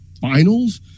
finals